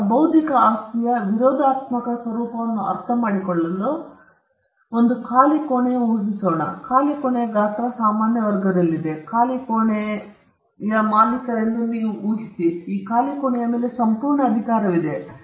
ಈಗ ಬೌದ್ಧಿಕ ಆಸ್ತಿಯ ವಿರೋಧಾತ್ಮಕ ಸ್ವರೂಪವನ್ನು ಅರ್ಥಮಾಡಿಕೊಳ್ಳಲು ನಾವು ಖಾಲಿ ಕೋಣೆಯಲ್ಲಿ ಊಹಿಸೋಣ ಖಾಲಿಕೋಣೆಯ ಗಾತ್ರ ಸಾಮಾನ್ಯ ವರ್ಗದಲ್ಲಿದೆ ನೀವು ಕೇವಲ ಖಾಲಿ ಕೋಣೆಯಲ್ಲಿ ಊಹಿಸಿ ಮತ್ತು ನೀವು ಈ ಖಾಲಿ ಕೋಣೆಯ ಮಾಲೀಕರೆಂದು ಊಹಿಸಿ ಈ ಖಾಲಿ ಕೋಣೆಯ ಮೇಲೆ ನಿಮಗೆ ಸಂಪೂರ್ಣ ಅಧಿಕಾರವಿದೆ